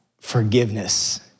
forgiveness